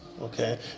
okay